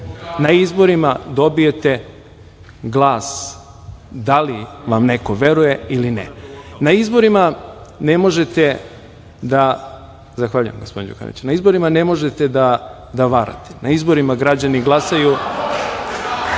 izborima dobijete glas, da li vam neko veruje ili ne. Na izborima ne možete da varate. Na izborima građani glasaju. Vi